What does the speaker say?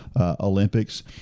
Olympics